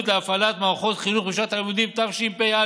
להפעלת מערכות חינוך בשעת הלימודים תשפ"א.